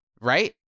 right